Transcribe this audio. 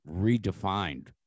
redefined